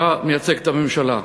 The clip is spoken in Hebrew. אתה מייצג את הממשלה,